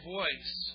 voice